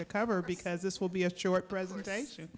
to cover because this will be a short presentation